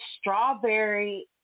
strawberry